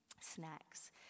snacks